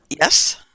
yes